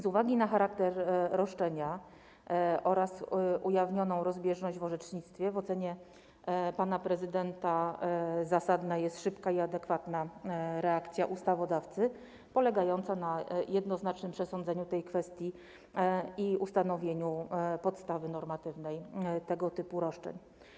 Z uwagi na charakter roszczenia oraz ujawnioną rozbieżność w orzecznictwie w ocenie pana prezydenta zasadna jest szybka i adekwatna reakcja ustawodawcy polegająca na jednoznacznym przesądzeniu tej kwestii i ustanowieniu normatywnej podstawy tego typu roszczeń.